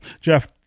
Jeff